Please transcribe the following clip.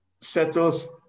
settles